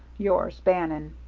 yours, bannon.